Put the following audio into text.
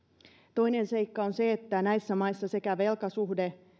toinen seikka on se että näissä maissa sekä velkasuhde